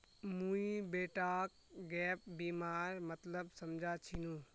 मुई बेटाक गैप बीमार मतलब समझा छिनु